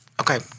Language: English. okay